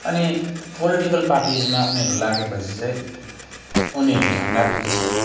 अनि पोलिटिकल पार्टीजमा उनीहरू लागेपछि चाहिँ उनीहरू झन्डाको पिछे